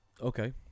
Okay